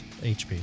HP